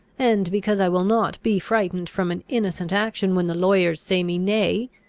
and because i will not be frightened from an innocent action when the lawyers say me nay,